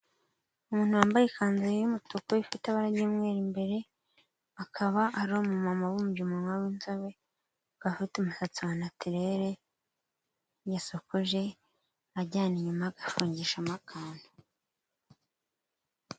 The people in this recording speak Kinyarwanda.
Umuntu wambaye ikanzu y'umutuku ifite amabara y'umweru imbere, akaba ari umumama ubumbye umunwa w'inzobe, akaba afite umusatsi wa natirere yasokoje ajyana inyuma, agafungishamo akantu.